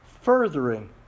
furthering